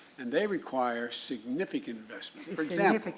and they require significant investment. for example,